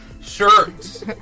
shirts